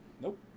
Nope